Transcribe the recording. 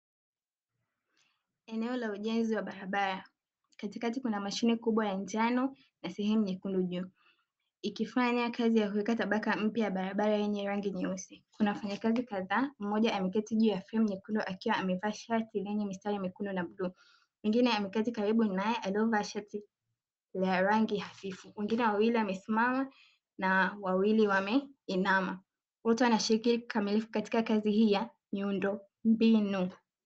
Eneo la ujenzi wa barabara, katikati kuna mashine kubwa ya njano na sehemu nyekundu juu, ikifanya kazi ya kuweka tabaka mpya ya barabara yenye rangi nyeusi. Kuna wafanyakazi kadhaa, mmoja ameketi juu ya fremu nyekundu akiwa amevaa shati lenye mistari mekundu na bluu, mwingine ameketi karibu, naye aliyevaa shati ya rangi hafifu, wengine wawili wamesimama, na wawili wameinama; wote wanashiriki kikamilifu katika kazi hii ya miundo mbinu.